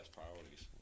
priorities